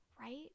right